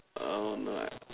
oh no I